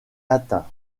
atteint